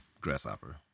grasshopper